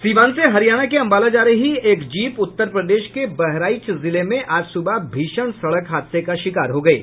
सीवान से हरियाणा के अंबाला जा रही एक जीप उत्तर प्रदेश के बहराइच जिले में आज सुबह भीषण सड़क हादसे का शिकार हो गयी